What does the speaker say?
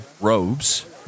robes